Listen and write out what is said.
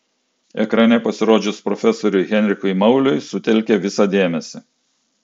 ekrane pasirodžius profesoriui heinrichui mauliui sutelkė visą dėmesį